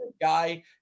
guy